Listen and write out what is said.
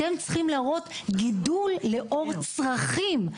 אתם צריכים להראות גידול לאור צרכים,